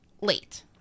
Late